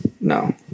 no